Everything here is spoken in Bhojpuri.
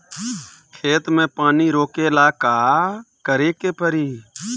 खेत मे पानी रोकेला का करे के परी?